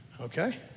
okay